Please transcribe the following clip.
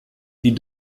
die